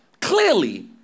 Clearly